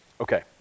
Okay